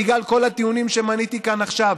בגלל כל הטיעונים שמניתי כאן עכשיו.